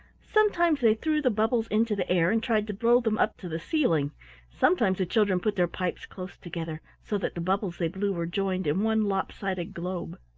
sometimes they threw the bubbles into the air and tried to blow them up to the ceiling sometimes the children put their pipes close together, so that the bubbles they blew were joined in one lopsided globe.